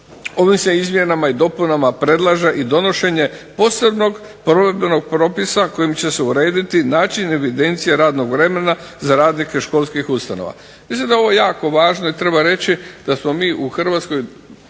ovim se izmjenama i dopunama predlaže i donošenje posebnog provedbenog propisa kojim će se urediti način evidencije radnog vremena za radnike školskih ustanova. Mislim da je ovo jako važno i treba reći da smo mi u Hrvatskoj